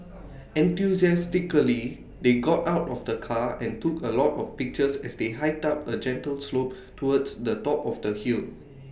enthusiastically they got out of the car and took A lot of pictures as they hiked up A gentle slope towards the top of the hill